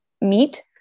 meet